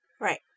right